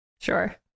sure